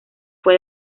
fue